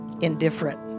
indifferent